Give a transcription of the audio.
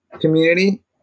community